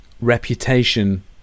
reputation